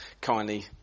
kindly